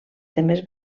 temes